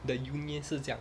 the uni 是这样